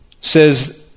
says